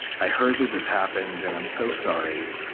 i heard that this happened and i'm so sorry.